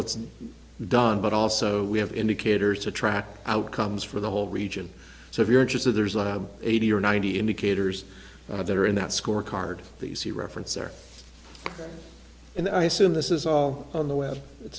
what's done but also we have indicators to track outcomes for the whole region so if you're interested there's eighty or ninety indicators that are in that score card that you see reference there and i assume this is all on the web it